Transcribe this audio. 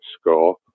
score